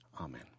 Amen